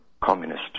communist